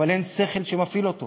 אבל אין שכל שמפעיל אותו